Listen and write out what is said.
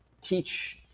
teach